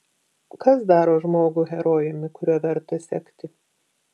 kas daro žmogų herojumi kuriuo verta sekti